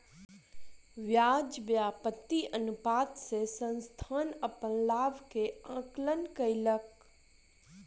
ब्याज व्याप्ति अनुपात से संस्थान अपन लाभ के आंकलन कयलक